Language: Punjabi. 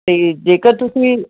ਤੇ ਜੇਕਰ ਤੁਸੀਂ